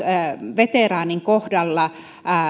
veteraanin kohdalla